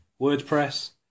WordPress